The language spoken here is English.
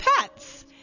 pets